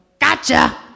gotcha